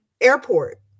airport